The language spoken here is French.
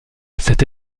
cette